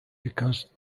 because